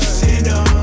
sinner